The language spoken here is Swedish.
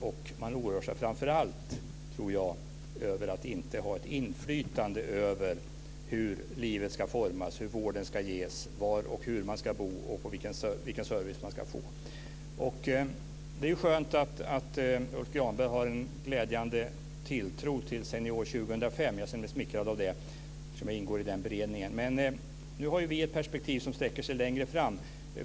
Och man oroar sig framför allt, tror jag, över att inte ha ett inflytande över hur livet ska formas, hur vården ska ges, var och hur man ska bo och vilken service man ska få. Lars Granberg har en glädjande tilltro till Senior 2005. Eftersom jag ingår i den beredningen känner jag mig smickrad av det. Men vi har ett perspektiv som sträcker sig lite längre framåt.